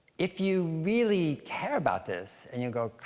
if you really care about this, and you go,